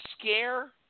scare